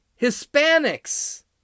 Hispanics